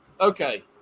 okay